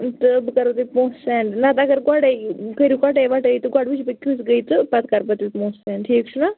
تہٕ بہٕ کَرو تۄہہِ پونٛسہٕ سٮ۪نٛڈ نَہ تہٕ اگر گۄڈَے کٔرِو کَٹٲے وَٹٲے تہٕ گۄڈٕ وٕچھٕ بہٕ کِژھ گٔے تہٕ پتہٕ کر بہٕ تیٚلہِ پونٛسہٕ سٮ۪نٛڈ ٹھیٖک چھُنَہ